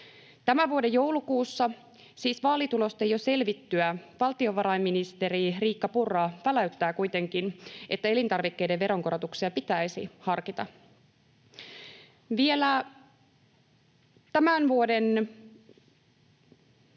Tämän vuoden joulukuussa, siis vaalitulosten jo selvittyä, valtiovarainministeri Riikka Purra väläyttää kuitenkin, että elintarvikkeiden veronkorotuksia pitäisi harkita. Vielä tämän vuoden